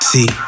See